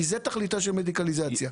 זוהי תכליתה של מדיקליזציה.